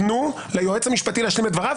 תנו ליועץ המשפטי להשלים את דבריו.